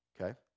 Okay